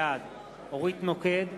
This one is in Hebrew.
בעד אורית נוקד,